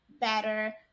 better